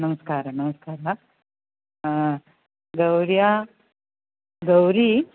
नमस्कारः नमस्कारः गौर्या गौरी